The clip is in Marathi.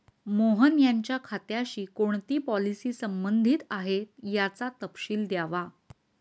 मोहन यांच्या खात्याशी कोणती पॉलिसी संबंधित आहे, याचा तपशील द्यावा